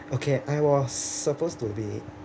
okay I was supposed to be